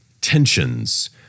tensions